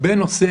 בנושא